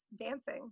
dancing